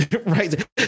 right